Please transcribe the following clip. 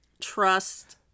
trust